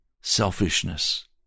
selfishness